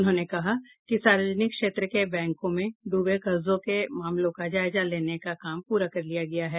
उन्होंने कहा कि सार्वजनिक क्षेत्र के बैंकों में डूबे कर्जों के मामलों का जायजा लेने का काम पूरा कर लिया गया है